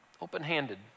Open-handed